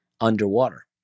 underwater